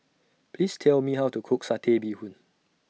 Please Tell Me How to Cook Satay Bee Hoon